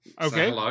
okay